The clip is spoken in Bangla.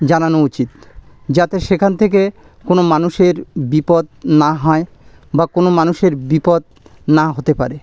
জানানো উচিত যাতে সেখান থেকে কোনো মানুষের বিপদ না হয় বা কোনো মানুষের বিপদ না হতে পারে